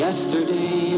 Yesterday